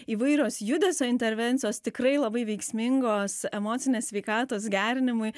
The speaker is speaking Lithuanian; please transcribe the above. įvairios judesio intervencijos tikrai labai veiksmingos emocinės sveikatos gerinimui